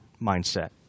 mindset